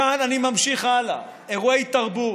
מכאן אני ממשיך הלאה, לאירועי תרבות.